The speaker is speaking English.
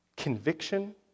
Conviction